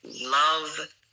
love